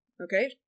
okay